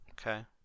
Okay